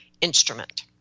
instrument